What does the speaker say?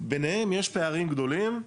ביניהם יש פערים גדולים.